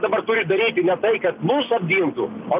dabar daryti ne tai kad mus apgintų o